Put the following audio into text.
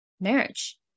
marriage